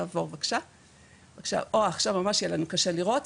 קשה לראות,